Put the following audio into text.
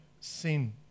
sin